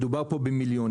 מדובר פה במילונים.